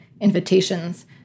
invitations